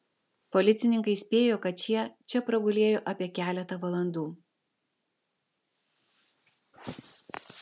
policininkai spėjo kad šie čia pragulėjo apie keletą valandų